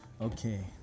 okay